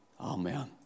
Amen